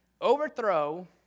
Overthrow